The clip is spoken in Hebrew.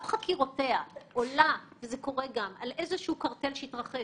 חקירותיה עולה על איזה שהוא קרטל שהתרחש,